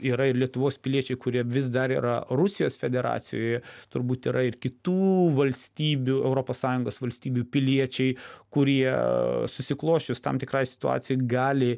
yra ir lietuvos piliečiai kurie vis dar yra rusijos federacijoje turbūt yra ir kitų valstybių europos sąjungos valstybių piliečiai kurie susiklosčius tam tikrai situacijai gali